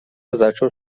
zaczął